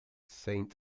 saint